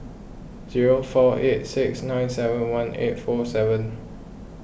zero four eight six nine seven one eight four seven